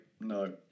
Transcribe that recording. No